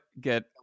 get